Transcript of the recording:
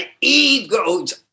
ego's